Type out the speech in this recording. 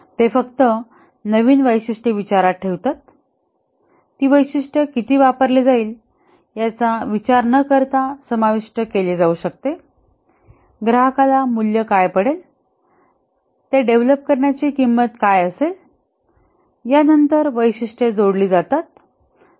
ते फक्त नवीन वैशिष्ट्ये विचारात ठेवतात ती वैशिष्ट्य किती वापरले जाईल याचा विचार न करता समाविष्ट केले जाऊ शकते ग्राहकाला मूल्य काय पडेल ते डेव्हलप करण्याची किंमत काय असेल या नंतर वैशिष्ट्य जोडले जातात